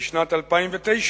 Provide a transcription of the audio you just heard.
בשנת 2009,